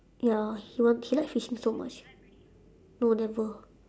ya he want he like fishing so much no never